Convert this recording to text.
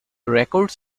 records